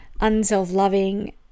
unself-loving